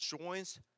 joins